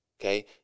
Okay